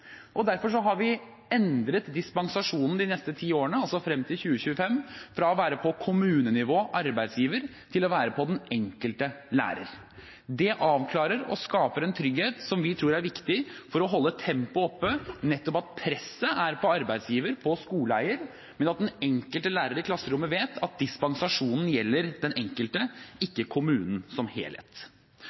Derfor har vi endret dispensasjonen de neste ti årene, altså frem til 2025, fra å være på kommunenivå – arbeidsgiver – til å gjelde den enkelte lærer. Det avklarer og skaper en trygghet som vi tror er viktig for å holde tempoet oppe, nettopp at presset er på arbeidsgiver, på skoleeier, men at den enkelte lærer i klasserommet vet at dispensasjonen gjelder den enkelte, ikke kommunen som helhet.